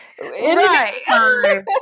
Right